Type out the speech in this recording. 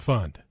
Fund